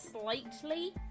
slightly